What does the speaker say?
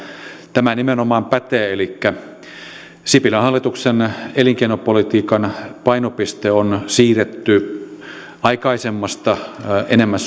tämä nimenomaan pätee sipilän hallituksen elinkeinopolitiikan painopiste on siirretty aikaisemmasta enemmän